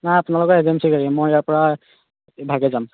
নাই আপোনালোকৰ এজেন্সীৰ গাড়ী মই ইয়াৰপৰা ইভাগে যাম